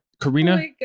Karina